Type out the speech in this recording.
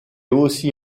aussi